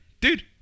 dude